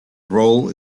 role